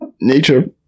nature